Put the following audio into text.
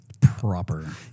proper